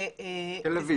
בתל אביב.